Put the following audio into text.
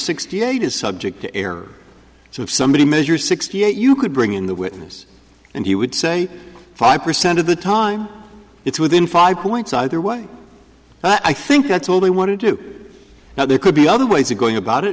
sixty eight is subject to error so if somebody measures sixty eight you could bring in the witness and he would say five percent of the time it's within five points either way i think that's all they want to do now there could be other ways of going about it